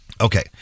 Okay